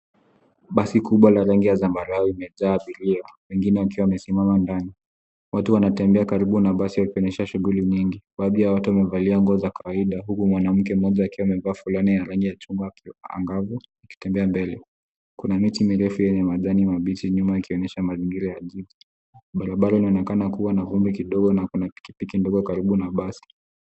Basi kubwa la rangi ya zambarau limejaa abiria, wengine wakiwa wamesimama mbali. Watu wanatembea karibu na basi wakionyesha shughuli nyingi. Baadhi yao wamevalia nguo za kawaida huku mwanamke mmoja akiwa amevaa fulana ya rangi ya chungwa angavu akitembea mbele. Kuna miti mirefu yenye majani mabichi nyuma ikionyesha mazingira ya mjini. Barabara inaonekana kuwa na vumbi kidogo na kuna pikipiki ndogo karibu na basi.